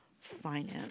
finance